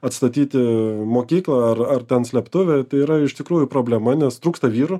atstatyti mokyklą ar ar ten slėptuvę tai yra iš tikrųjų problema nes trūksta vyrų